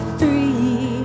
three